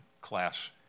class